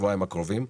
שבועיים הקרובים,